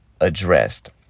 addressed